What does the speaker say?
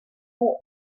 pulp